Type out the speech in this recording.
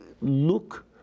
look